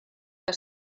que